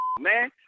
man